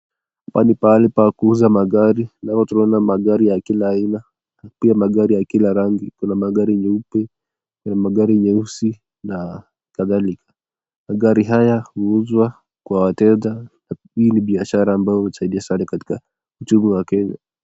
Hapa ni pahali pa kuuza magari ambapo tunaona magari za kila aina pia magari ya kila rangi kuna magari nyeupe, kuna magari nyeusi na kadhalika. Magari haya huuzwa kwa wateja hii ni biashara ambayo husaidia sana katika uchumi wa kenya.